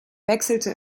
wechselte